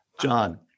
John